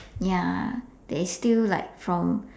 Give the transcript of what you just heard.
ya that is still like from